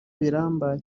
biramba